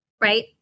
right